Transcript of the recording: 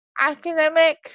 academic